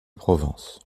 provence